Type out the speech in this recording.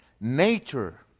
nature